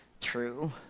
true